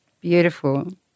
Beautiful